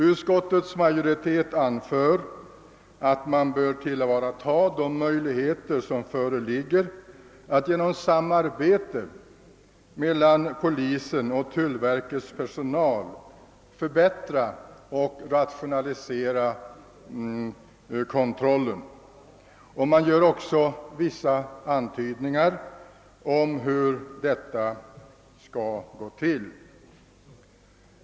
Utskottsmajoriteten anför att man bör tillvarata de möjligheter som kan finnas att genom samarbetet mellan polisens och tullverkets personal förbättra och rationalisera kontrollen, och man gör också vissa antydningar om hur detta skall gå till.